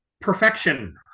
perfection